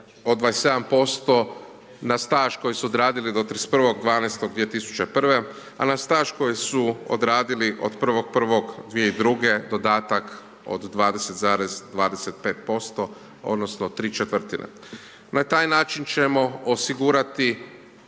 od 27% na staž koji su odradili do 31. 12. 2001., a na staž koji su odradili od 1. 1. 2002., dodatak od 20,25% odnosno 3/4. Na taj način ćemo osigurati